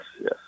yes